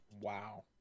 wow